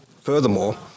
Furthermore